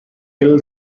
ill